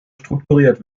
strukturiert